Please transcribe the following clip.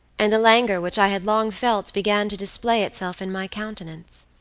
and the languor which i had long felt began to display itself in my countenance.